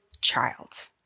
child